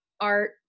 art